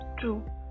True